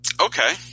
Okay